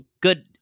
good